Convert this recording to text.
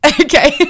Okay